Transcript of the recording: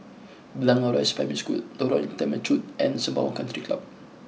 Blangah Rise Primary School Lorong Temechut and Sembawang Country Club